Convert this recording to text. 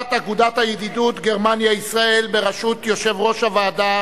משלחת אגודת הידידות גרמניה ישראל בראשות יושב-ראש הוועדה